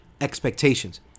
expectations